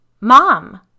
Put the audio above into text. Mom